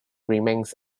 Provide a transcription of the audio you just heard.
remains